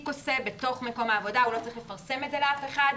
עושה בתוך מקום העבודה והוא לא צריך לפרסם את זה לאף אחד.